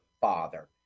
father